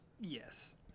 Yes